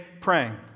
praying